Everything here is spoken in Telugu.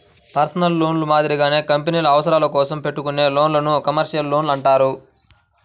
పర్సనల్ లోన్లు మాదిరిగానే కంపెనీల అవసరాల కోసం పెట్టుకునే లోన్లను కమర్షియల్ లోన్లు అంటారు